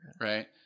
right